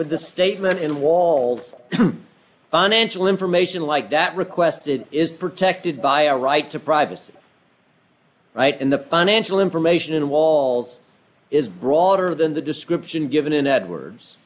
with this statement and walt's d financial information like that requested is protected by our right to privacy right in the financial information in walls is broader than the description given in edwards